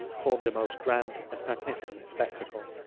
formed a most grand and magnificent spectacle.